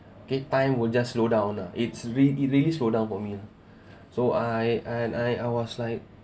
okay time will just slow down lah it's really really slow down for me lah so I and I was like